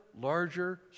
Larger